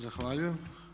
Zahvaljujem.